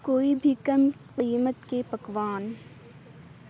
کوئی بھی کم قیمت کے پکوان